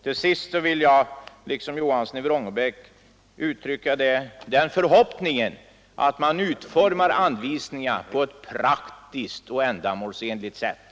Slutligen vill jag liksom herr Johansson i Vrångebäck uttala den förhoppningen att de aktuella anvisningarna utformas på ett praktiskt och ändamålsenligt sätt.